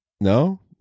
No